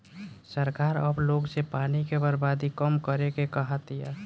सरकार अब लोग से पानी के बर्बादी कम करे के कहा तिया